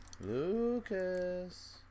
Lucas